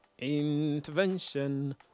Intervention